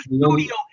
studio